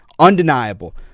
undeniable